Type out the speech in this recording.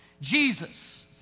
Jesus